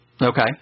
Okay